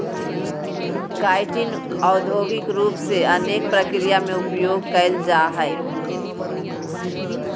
chitin औद्योगिक रूप से अनेक प्रक्रिया में उपयोग कइल जाय हइ